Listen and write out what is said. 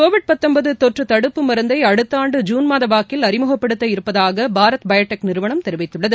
Covid தொற்று தடுப்பு மருந்தை அடுத்த ஆண்டு ஜூன் மாத வாக்கில் அறிமுகப்படுத்த இருப்பதாக பாரத் பயோ டெக் நிறுவனம் தெரிவித்துள்ளது